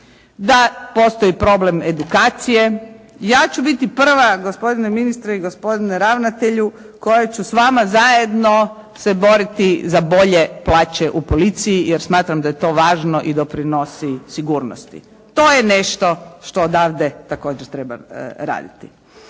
da postoji problem edukacije. Ja ću biti prva gospodine ministre i gospodine ravnatelju koja ću s vama zajedno se boriti za bolje plaće u policiji, jer smatram da je to važno i doprinosi sigurnosti. To je nešto što odavde također treba raditi.